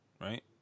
right